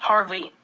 harvey,